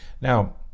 Now